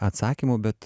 atsakymų bet